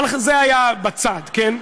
אבל זה היה בצד, כן?